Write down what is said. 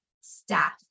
staff